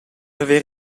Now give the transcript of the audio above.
haver